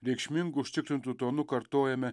reikšmingu užtikrintu tonu kartojame